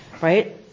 right